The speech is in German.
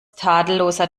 tadelloser